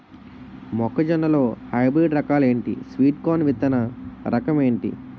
మొక్క జొన్న లో హైబ్రిడ్ రకాలు ఎంటి? స్వీట్ కార్న్ విత్తన రకం ఏంటి?